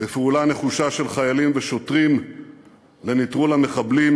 בפעולה נחושה של חיילים ושוטרים ונטרול המחבלים,